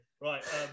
Right